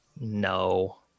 No